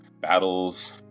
battles